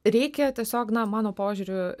reikia tiesiog na mano požiūriu